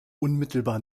unmittelbar